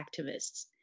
activists